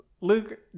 Luke